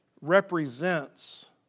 represents